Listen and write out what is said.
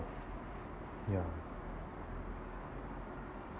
ya